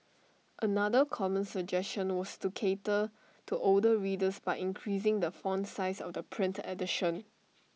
another common suggestion was to cater to older readers by increasing the font size of the print edition